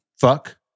Fuck